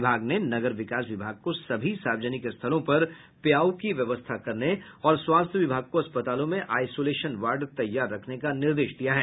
विभाग ने नगर विकास विभाग को सभी सार्वजनिक स्थलों पर प्याऊ की व्यवस्था करने और स्वास्थ्य विभाग को अस्पतालों में आइसोलेशन वार्ड तैयार रखने का निर्देश दिया है